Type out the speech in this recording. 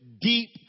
deep